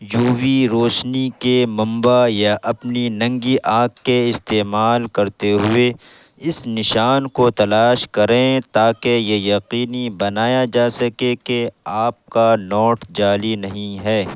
you V روشنی کے منبع یا اپنی ننگی آنکھ کے استعمال کرتے ہوئے اس نشان کو تلاش کریں تاکہ یہ یقینی بنایا جا سکے کہ آپ کا نوٹ جعلی نہیں ہے